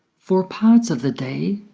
for part of the day,